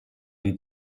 die